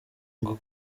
ngo